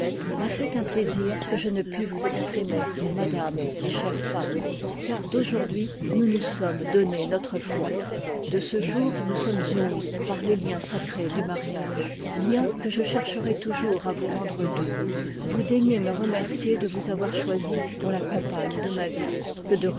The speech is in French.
m'a fait un plaisir que je ne puis vous exprimer madame et chère femme car d'aujourd'hui nous nous sommes donné notre foi de ce jour nous sommes unis par les liens sacrés du mariage liens que je cherche a iy i rai toujours à vous rendre doux vous daignez me remercier de vous avoir choisi pour la compagne de ma vie que de